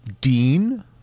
Dean